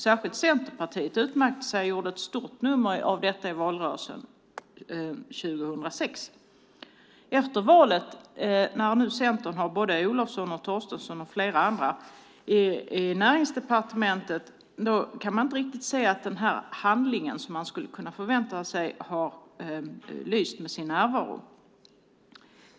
Särskilt Centerpartiet utmärkte sig och gjorde ett stort nummer av detta i valrörelsen 2006. Efter valet, när Centern nu har både Olofsson, Torstensson och flera andra i Näringsdepartementet, kan man inte riktigt se att det handlande som man skulle kunna förvänta sig har lyst med sin närvaro.